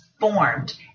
formed